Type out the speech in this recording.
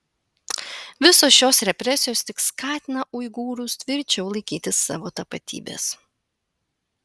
visos šios represijos tik skatina uigūrus tvirčiau laikytis savo tapatybės